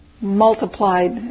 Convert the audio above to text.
multiplied